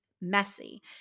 messy